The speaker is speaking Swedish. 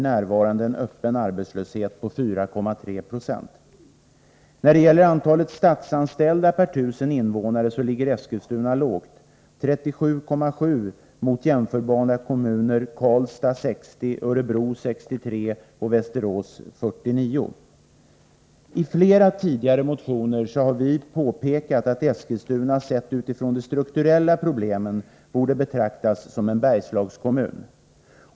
När det gäller antalet statsanställda per 1 000 invånare ligger Eskilstuna lågt - 37,7 mot jämförbara kommuner som Karlstad med 60, Örebro med 63 och Västerås med 49. I flera tidigare motioner har vi påpekat att Eskilstuna, sett utifrån de strukturella problemen, borde betraktas som en Bergslagskommun.